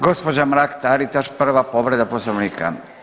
Gospođa Mrak Taritaš, prva povreda Poslovnika.